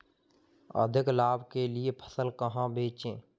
अधिक लाभ के लिए फसल कहाँ बेचें?